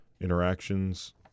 interactions